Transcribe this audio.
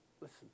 listen